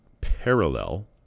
parallel